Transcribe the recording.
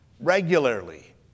regularly